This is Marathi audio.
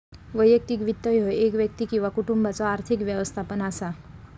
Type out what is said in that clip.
वैयक्तिक वित्त ह्यो एक व्यक्ती किंवा कुटुंबाचो आर्थिक व्यवस्थापन असा